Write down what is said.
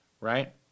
right